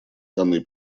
данный